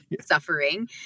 suffering